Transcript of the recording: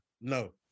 No